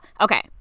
Okay